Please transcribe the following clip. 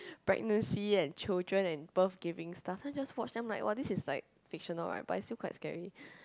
pregnancy and children and birth giving stuff then I just watch then I'm like !wah! this is fictional right but it's still quite scary